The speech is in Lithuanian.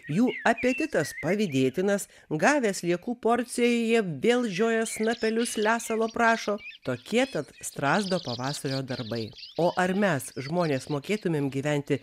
jų apetitas pavydėtinas gavę sliekų porciją jie vėl žioja snapelius lesalo prašo tokie tad strazdo pavasario darbai o ar mes žmonės mokėtumėm gyventi